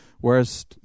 whereas